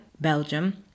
Belgium